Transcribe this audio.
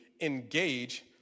engage